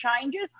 changes